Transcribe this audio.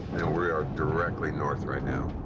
and we are directly north right now.